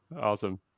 Awesome